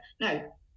no